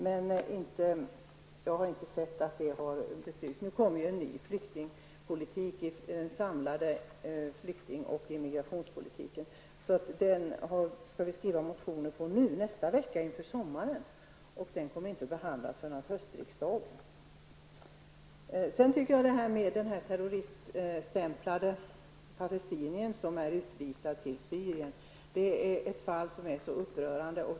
Men jag har inte sett att det har blivit tillstyrkt. Nu kommer den nya samlade flyktingoch immigrationspolitiken, och den skall vi väcka motioner om i nästa vecka inför sommaren. Den kommer inte att behandlas förrän av höstriksdagen. Den terroriststämplade palestiniern som är utvisad till Syrien är ett fall som är upprörande.